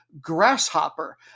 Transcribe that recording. Grasshopper